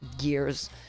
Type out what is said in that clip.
years